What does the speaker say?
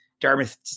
Dartmouth